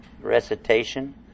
recitation